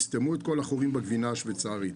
יסתמו את כל החורים בגבינה השוויצרית.